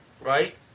right